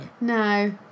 No